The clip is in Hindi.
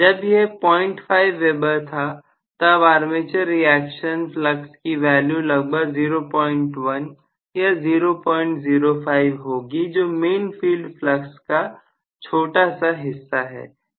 जब यह 05 Weber था तब आर्मेचर रिएक्शन फ्लक्स की वैल्यू लगभग 01 या 005 होगी जो मेन फील्ड फ्लक्स का छोटा सा हिस्सा है